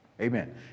Amen